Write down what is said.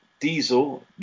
Diesel